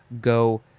go